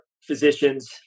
physicians